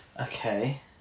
Okay